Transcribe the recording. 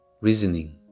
Reasoning